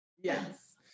Yes